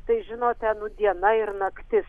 tai žinote du diena ir naktis